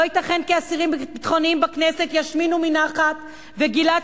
לא ייתכן כי אסירים ביטחוניים בכלא ישמינו מנחת וגלעד